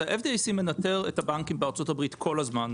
שה-FDIC מנטר את הבנקים בארצות הברית כל הזמן,